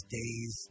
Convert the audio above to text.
days